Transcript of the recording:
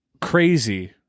crazy –